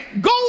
Go